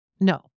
No